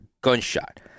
gunshot